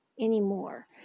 anymore